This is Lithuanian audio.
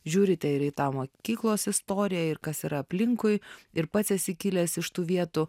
žiūrite ir į tą mokyklos istoriją ir kas yra aplinkui ir pats esi kilęs iš tų vietų